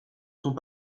sont